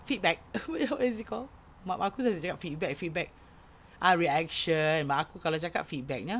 feedback what is what is it called mak aku asyik cakap feedback feedback ah reaction mak aku kalau cakap feedback nya